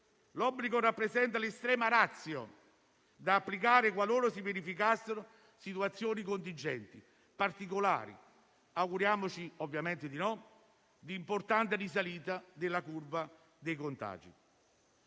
L'obbligo rappresenta l'*extrema ratio* da applicare qualora si verificassero situazioni contingenti particolari - auguriamoci ovviamente di no - di importante risalita della curva dei contagi.